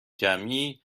جمعی